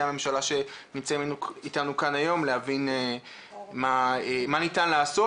הממשלה שנמצאים איתנו כאן היום להבין מה ניתן לעשות,